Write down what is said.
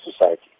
society